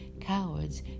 cowards